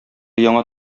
яңа